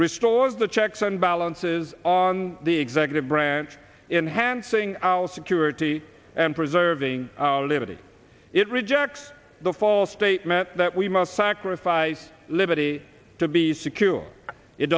restores the checks and balances on the executive branch in hand saying our security and preserving our liberty it rejects the false statement that we must sacrifice liberty to be secure it